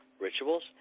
rituals